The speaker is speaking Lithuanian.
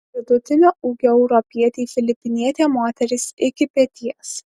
vidutinio ūgio europietei filipinietė moteris iki peties